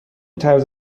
طرز